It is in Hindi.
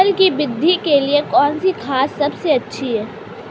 फसल की वृद्धि के लिए कौनसी खाद सबसे अच्छी है?